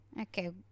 Okay